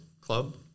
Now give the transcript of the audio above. club